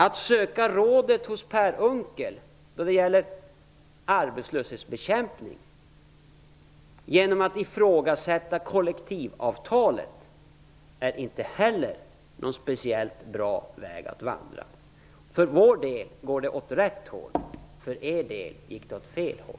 Att söka råd hos Per Unckel då det gäller arbetslöshetsbekämpning genom att ifrågasätta kollektivavtalet är heller inte en speciellt bra väg att vandra. För vår del går det åt rätt håll. För er del gick det åt fel håll.